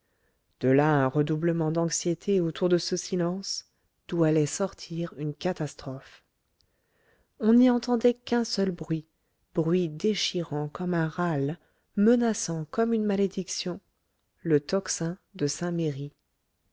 de là un redoublement d'anxiété autour de ce silence d'où allait sortir une catastrophe on n'y entendait qu'un seul bruit bruit déchirant comme un râle menaçant comme une malédiction le tocsin de